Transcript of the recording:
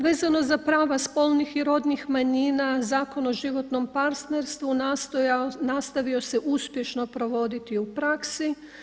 Vezano za prava spolnih i rodnih manjina, Zakon o životnom partnerstvu nastavio se uspješno provoditi u praksi.